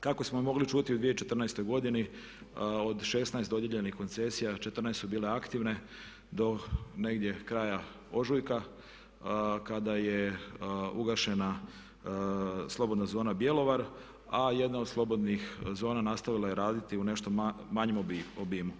Kako smo mogli čuti u 2014.godini od 16 dodijeljenih koncesija 14 su bile aktivne do negdje kraja ožujka kada je ugašena slobodna zona Bjelovar a jedna od slobodnih zona nastavila je raditi u nešto manjem obimu.